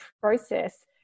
process